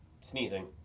Sneezing